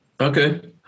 Okay